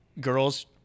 girls